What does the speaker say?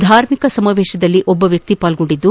ಧಾರ್ಮಿಕ ಸಮಾವೇಶದಲ್ಲಿ ಒಬ್ಬ ವ್ಯಕ್ತಿ ಪಾಲ್ಗೊಂಡಿದ್ದು